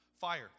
Fire